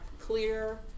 clear